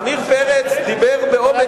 עמיר פרץ דיבר באומץ רב,